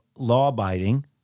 law-abiding